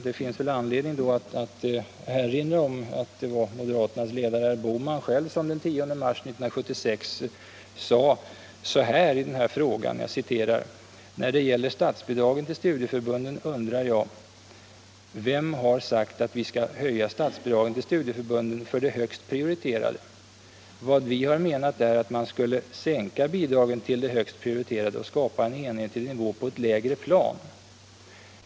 Det finns väl då anledning att erinra om att det var moderaternas ledare, herr Bohman, som den 10 mars i år i denna fråga sade: ”När det gäller statsbidragen till studieförbunden undrar jag: Vem har sagt att vi skall höja statsbidragen till studieförbunden för de högst prioriterade? Vad vi har menat är att man skulle sänka bidragen till de högst prioriterade och skapa en enhetlig nivå på ett lägre plan.